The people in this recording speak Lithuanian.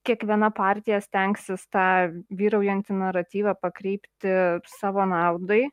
kiekviena partija stengsis tą vyraujantį naratyvą pakreipti savo naudai